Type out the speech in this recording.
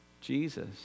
Jesus